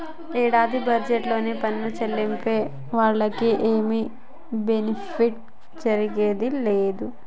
ఈ ఏడాది బడ్జెట్లో పన్ను సెల్లించే వాళ్లకి ఏమి బెనిఫిట్ ఒరిగిందే లేదు